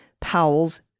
Powell's